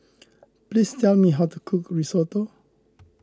please tell me how to cook Risotto